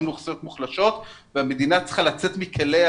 באוכלוסיות מוחלשות והמדינה צריכה לצאת מכליה